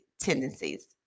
tendencies